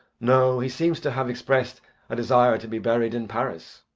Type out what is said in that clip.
no. he seems to have expressed a desire to be buried in paris.